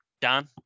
Dan